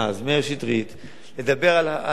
לדבר על חוק השבות, ושם מאיר שטרית,